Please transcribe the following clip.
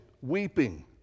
weeping